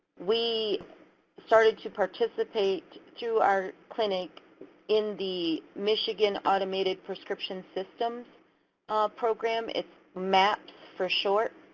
we started to participate through our clinic in the michigan automated prescription system program, it's maps for short.